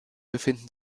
befinden